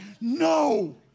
No